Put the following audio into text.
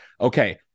okay